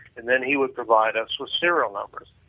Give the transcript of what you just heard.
and then he would provide us with serial numbers.